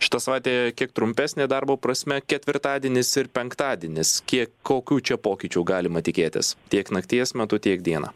šita savaitė kiek trumpesnė darbo prasme ketvirtadienis ir penktadienis kiek kokių čia pokyčių galima tikėtis tiek nakties metu tiek dieną